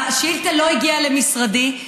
אבל השאילתה לא הגיעה למשרדי.